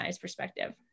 perspective